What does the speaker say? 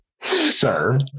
sir